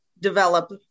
develop